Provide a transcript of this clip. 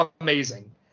amazing